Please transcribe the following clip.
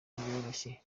bworoshye